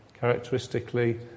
Characteristically